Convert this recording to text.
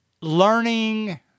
learning